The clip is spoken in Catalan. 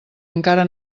encara